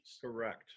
Correct